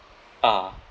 ah